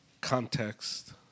context